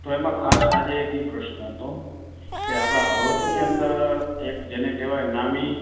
તો એમાં ખાસ આજે એક એ પ્રશ્ન હતો કે આપણા હળવદની અંદર એક જેને કહેવાય નામી